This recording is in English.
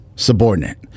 Subordinate